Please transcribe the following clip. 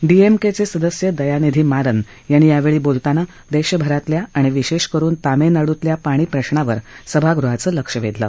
डीएमके चे सदस्य दयानिधी मारन यांनी यावेळी बोलताना देशभरातल्या आणि विशेष करुन तामिळनाडूतल्या पाणी प्रशावर सभागृहाचं लक्ष वेधलं